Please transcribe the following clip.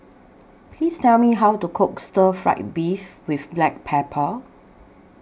Please Tell Me How to Cook Stir Fried Beef with Black Pepper